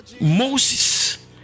Moses